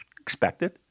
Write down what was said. expected